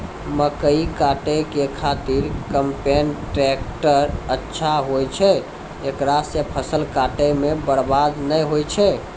मकई काटै के खातिर कम्पेन टेकटर अच्छा होय छै ऐकरा से फसल काटै मे बरवाद नैय होय छै?